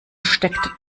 steckt